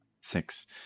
Six